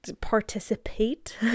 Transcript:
participate